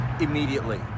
immediately